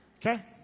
Okay